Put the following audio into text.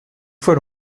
fois